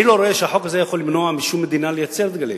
אני לא רואה שהחוק הזה יכול למנוע משום מדינה לייצר דגלים.